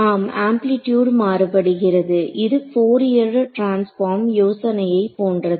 ஆம் ஏம்பிலிடியூட் மாறுபடுகிறது இது போரியர் டிரான்ஸ்பார்ம் யோசனையை போன்றது